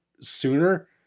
sooner